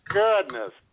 goodness